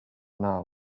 now